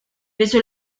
beso